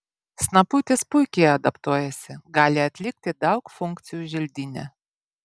snaputis puikiai adaptuojasi gali atlikti daug funkcijų želdyne